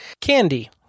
Candy